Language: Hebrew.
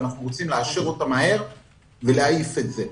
כי אנחנו רוצים לאשר אותה מהר ולהעיף את זה.